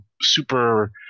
super